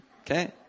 Okay